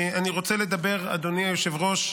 אני רוצה לדבר, אדוני היושב-ראש,